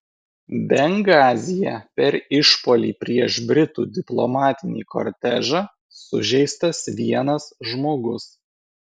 bengazyje per išpuolį prieš britų diplomatinį kortežą sužeistas vienas žmogus